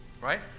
Right